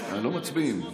לא מצביעים.